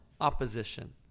opposition